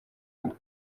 uko